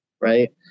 right